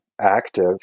active